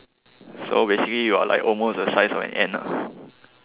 so basically you are like almost the size of an ant ah